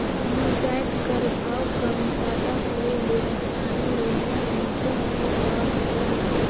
कोनो जाएत कर भाव कम जादा होए ले नोसकानी लेहोइया मइनसे मन ल घलो होएथे